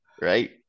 right